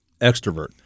Extrovert